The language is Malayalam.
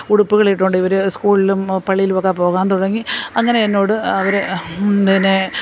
ഉടുപ്പുകളിട്ടുകൊണ്ട് ഇവർ സ്കൂളിലും പള്ളിയിലുമൊക്കെ പോകാൻ തുടങ്ങി അങ്ങനെ എന്നോട് അവർ പിന്നെ